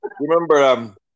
remember